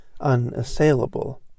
unassailable